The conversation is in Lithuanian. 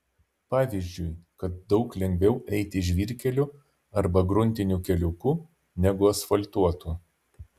pavyzdžiui kad daug lengviau eiti žvyrkeliu arba gruntiniu keliuku negu asfaltuotu